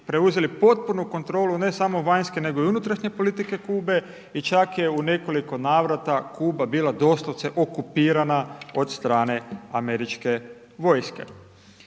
preuzeli potpunu kontrolu, ne samo vanjske, nego i unutrašnje politike Kube, i čak je u nekoliko navrata Kuba bila doslovce okupirana od strane američke vojske.